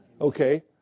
Okay